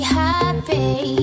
happy